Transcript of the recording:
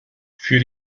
für